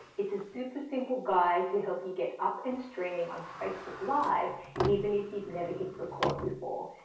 it's a super simple guide to help you get up and streaming on facebook live even if you've never hit record before.